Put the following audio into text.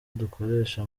dukoresha